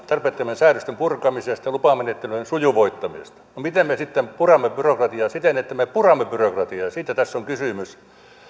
tarpeettomien säädösten purkamisesta ja lupamenettelyjen sujuvoittamisesta miten me sitten puramme byrokratiaa siten että me puramme byrokratiaa siitä tässä on kysymys